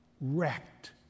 wrecked